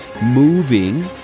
moving